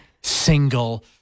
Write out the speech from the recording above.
single